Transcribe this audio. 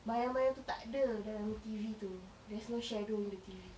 bayang-bayang tu tak ada dalam T_V tu there's no shadow in the T_V